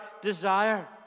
desire